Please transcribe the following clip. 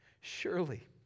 Surely